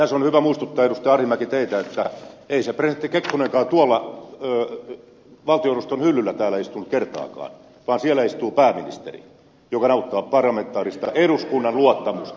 arhinmäki teitä että ei se presidentti kekkonenkaan tuolla valtioneuvoston hyllyllä istunut kertaakaan vaan siellä istuu pääministeri joka nauttii parlamentaarista eduskunnan luottamusta